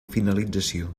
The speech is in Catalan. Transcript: finalització